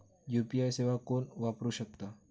UPI सेवा कोण वापरू शकता?